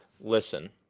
listen